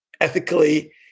ethically